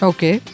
Okay